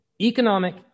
economic